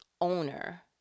owner